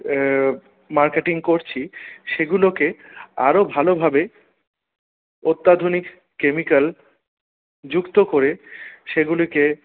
marketing করছি সেগুলোকে আরো ভালোভাবে অত্যাধুনিক কেমিক্যাল যুক্ত করে সেগুলিকে